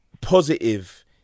positive